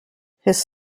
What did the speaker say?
his